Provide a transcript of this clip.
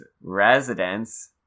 residents